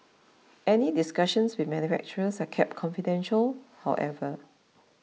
any discussions with manufacturers are kept confidential however